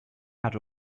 had